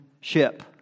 ship